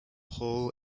hall